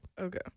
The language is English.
Okay